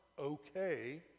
okay